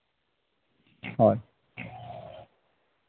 ᱦᱳᱭ